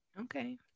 Okay